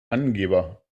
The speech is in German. angeber